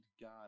God